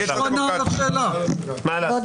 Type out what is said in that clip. כבוד